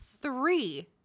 three